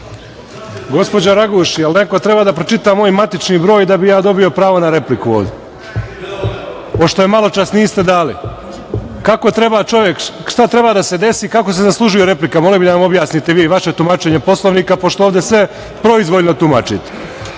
Gospođo Raguš, jel neko treba da pročita moj matični broj da bi ja dobio pravo na repliku ovde, pošto je maločas niste dali? Šta treba da se desi, kako se zaslužuje replika? Voleo bih da nam objasnite vi i vaše tumačenje Poslovnika, pošto ovde sve proizvoljno tumačite.